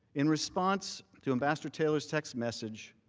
in response to ambassador taylor's text message,